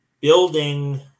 building